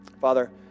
Father